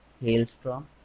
hailstorm